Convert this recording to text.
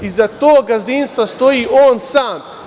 Iza tog gazdinstva stoji on sam.